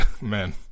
man